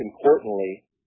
importantly